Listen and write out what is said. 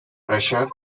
pressure